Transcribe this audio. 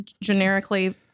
generically